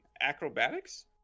Acrobatics